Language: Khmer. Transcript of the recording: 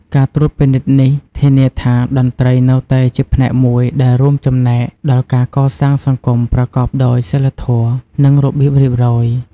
ការត្រួតពិនិត្យនេះធានាថា តន្ត្រីនៅតែជាផ្នែកមួយដែលរួមចំណែកដល់ការកសាងសង្គមប្រកបដោយសីលធម៌ និងរបៀបរៀបរយ។